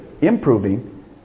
improving